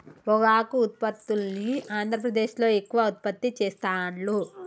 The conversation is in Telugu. పొగాకు ఉత్పత్తుల్ని ఆంద్రప్రదేశ్లో ఎక్కువ ఉత్పత్తి చెస్తాండ్లు